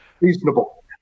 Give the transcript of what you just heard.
reasonable